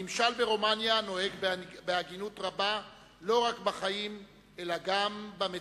הממשל ברומניה נוהג בהגינות רבה לא רק בחיים אלא גם במתים: